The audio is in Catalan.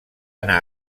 anar